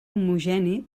homogeni